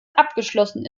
abgeschlossen